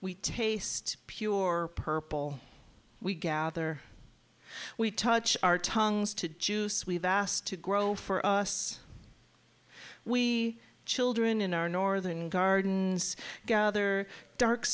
we taste pure purple we gather we touch our tongues to juice we've asked to grow for us we children in our northern gardens gather dark